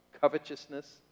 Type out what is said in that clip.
covetousness